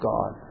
God